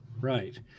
Right